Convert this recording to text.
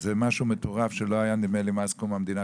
זה משהו מטורף שלא היה נדמה לי מאז קום המדינה,